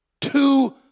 Two